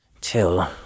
till